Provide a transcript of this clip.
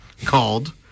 called